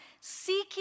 seeking